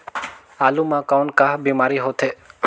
आलू म कौन का बीमारी होथे?